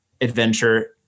adventure